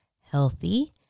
healthy